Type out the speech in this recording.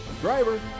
Driver